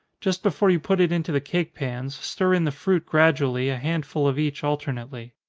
just before you put it into the cake pans, stir in the fruit gradually, a handful of each alternately.